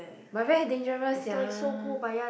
but very dangerous sia